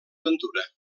aventura